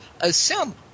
assume